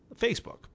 Facebook